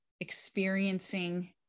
experiencing